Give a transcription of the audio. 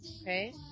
okay